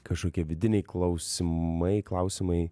kažkokie vidiniai klausimai klausimai